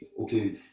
okay